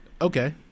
Okay